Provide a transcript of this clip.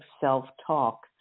self-talk